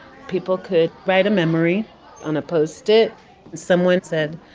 people could write a memory on a post-it someone said,